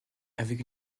avec